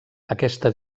aquesta